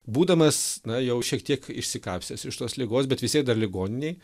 būdamas na jau šiek tiek išsikapstęs iš tos ligos bet vis tiek dar ligoninėj